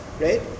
right